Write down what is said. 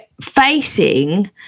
facing